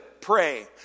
pray